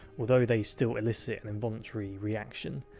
although they still elicit an involuntary reaction,